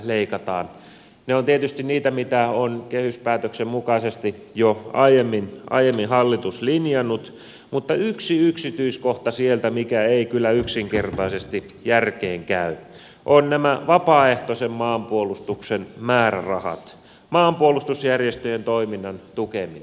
ne ovat tietysti niitä mitä on kehyspäätöksen mukaisesti jo aiemmin hallitus linjannut mutta yksi yksityiskohta siellä joka ei kyllä yksinkertaisesti järkeen käy ovat vapaaehtoisen maanpuolustuksen määrärahat maanpuolustusjärjestöjen toiminnan tukeminen